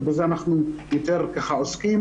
ובזה אנחנו עוסקים יותר.